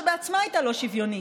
שבעצמה הייתה לא שוויונית.